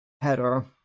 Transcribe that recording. header